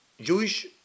Jewish